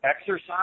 exercise